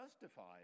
justified